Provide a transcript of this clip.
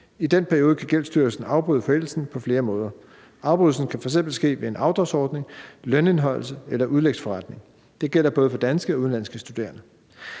I den periode kan Gældsstyrelsen afbryde forældelsen på flere måder. Afbrydelsen kan f.eks. ske ved en afdragsordning, lønindeholdelse eller udlægsforretning. Det gælder både for danske og udenlandske studerende.